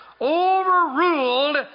overruled